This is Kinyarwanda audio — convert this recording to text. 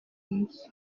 nzu